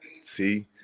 see